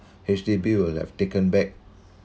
H_D_B will have taken back